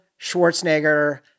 Schwarzenegger